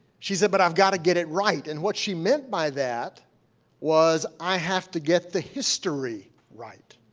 she said, but i've got to get it right. and what she meant by that was i have to get the history right.